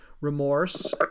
remorse